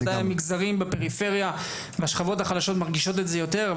בוודאי המגזרים בפריפריה והשכבות החלשות מרגישות את זה יותר.